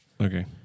Okay